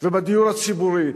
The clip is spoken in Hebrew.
ובדיור הציבורי?